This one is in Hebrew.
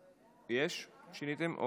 אין מתנגדים.